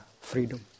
freedom